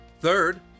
Third